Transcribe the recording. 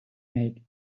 make